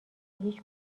هیچ